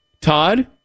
Todd